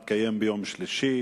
הישיבה הבאה תתקיים ביום שלישי,